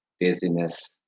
dizziness